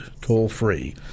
toll-free